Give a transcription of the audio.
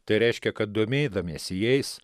tai reiškia kad domėdamiesi jais